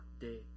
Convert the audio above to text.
day